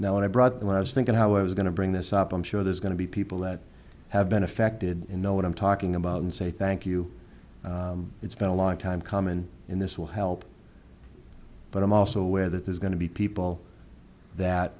know what i brought when i was thinking how i was going to bring this up i'm sure there's going to be people that have been affected and know what i'm talking about and say thank you it's been a long time common in this will help but i'm also aware that there's going to be people that